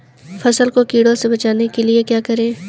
फसल को कीड़ों से बचाने के लिए क्या करें?